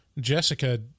Jessica